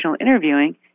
interviewing